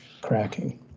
cracking